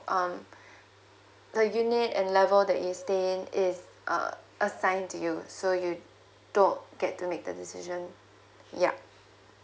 um the unit and level that you stay in is uh assign to you so you don't get to make the decision yup